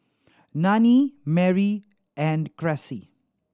Nannie Mary and Cressie